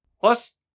plus